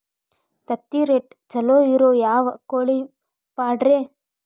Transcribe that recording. ತತ್ತಿರೇಟ್ ಛಲೋ ಇರೋ ಯಾವ್ ಕೋಳಿ ಪಾಡ್ರೇ?